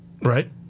Right